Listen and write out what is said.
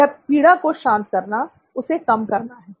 यह पीड़ा को शांत करना उसे कम करना है